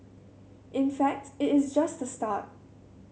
in fact it is just the start